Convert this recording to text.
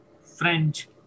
French